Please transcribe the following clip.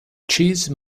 cheese